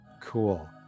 cool